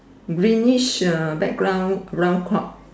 greenish uh background round cloud